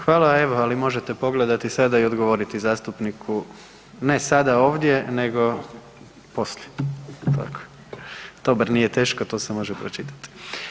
Hvala, evo ali možete pogledati sada i odgovoriti zastupniku, ne sada ovdje nego poslije, to bar nije teško to se može pročitati.